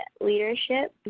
leadership